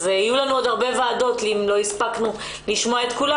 אז יהיו לנו עוד הרבה ועדות אם לא הספקנו לשמוע את כולם,